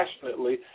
passionately